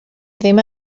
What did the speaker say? ddim